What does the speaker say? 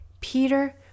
Peter